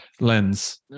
lens